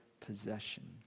possession